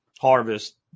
harvest